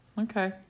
Okay